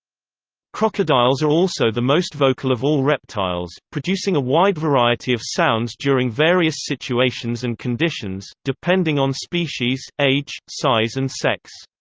crocodiles are also the most vocal of all reptiles, producing a wide variety of sounds during various situations and conditions, depending on species, age, size and sex.